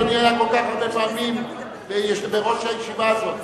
אדוני היה כל כך הרבה פעמים יושב-ראש הישיבה הזאת.